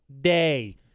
day